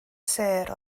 sêr